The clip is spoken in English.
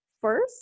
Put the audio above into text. first